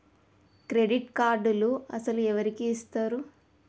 Credit కార్డులు అసలు ఎవరికి ఇస్తారు?